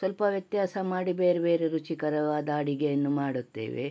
ಸ್ವಲ್ಪ ವ್ಯತ್ಯಾಸ ಮಾಡಿ ಬೇರೆಬೇರೆ ರುಚಿಕರವಾದ ಅಡುಗೆಯನ್ನು ಮಾಡುತ್ತೇವೆ